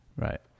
Right